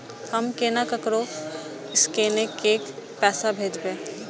हम केना ककरो स्केने कैके पैसा भेजब?